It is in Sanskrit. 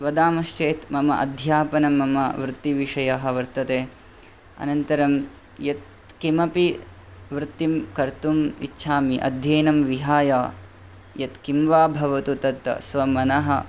वदामश्चेत् मम अध्यापनं मम वृत्तिविषयः वर्तते अनन्तरं यत् किमपि वृत्तिं कर्तुम् इच्छामि अध्ययनं विहाय यत् किं वा भवतु तत् स्वमनः